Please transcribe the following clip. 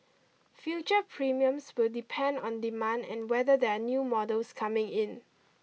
future premiums will depend on demand and whether there are new models coming in